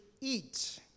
eat